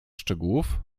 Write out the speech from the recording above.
szczegółów